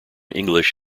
english